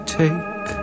take